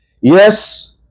Yes